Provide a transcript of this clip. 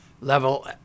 level